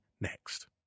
next